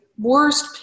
worst